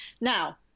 Now